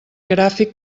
gràfic